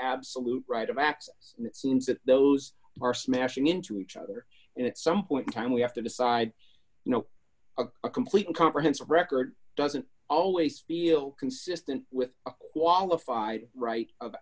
access it seems that those are smashing into each other in some point in time we have to decide you know a complete and comprehensive record doesn't always feel consistent with qualify right of